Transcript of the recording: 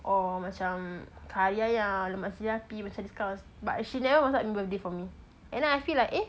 or macam kari ayam lemak cili api macam this kind of but she never masak any birthday for me then I feel like eh